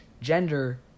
Gender